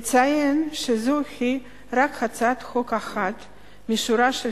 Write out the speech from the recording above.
אציין שזוהי רק הצעת חוק אחת משורה של